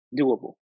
doable